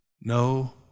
no